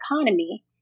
economy